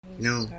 no